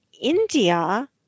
India